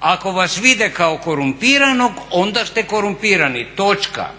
ako vas vide kao korumpiranog onda ste korumpirani, točka.